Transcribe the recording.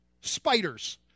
Spiders